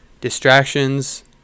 distractions